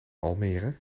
almere